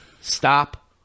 stop